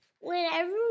whenever